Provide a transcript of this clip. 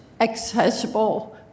accessible